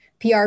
PR